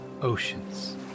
oceans